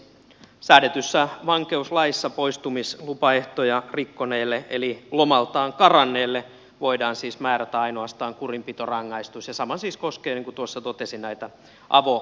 säädetyssä vankeuslaissa poistumislupaehtoja rikkoneelle eli lomaltaan karanneelle voidaan siis määrätä ainoastaan kurinpitorangaistus ja sama siis koskee niin kuin tuossa totesin näitä avolaitoksia